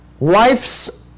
Life's